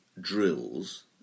drills